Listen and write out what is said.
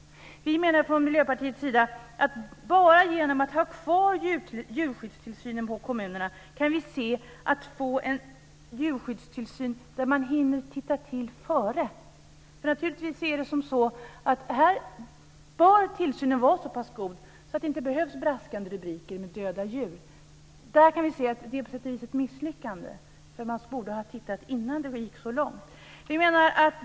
Vi i Miljöpartiet menar att bara genom att låta kommunerna ha kvar ansvaret för djurskyddstillsynen kan vi se till att få en djurskyddstillsyn där man hinner titta till detta i förväg. Naturligtvis bör tillsynen vara så pass god att det inte behövs braskande rubriker om döda djur. Det är på sätt och vis ett misslyckande. Man borde ha tittat på det här innan det gick så långt.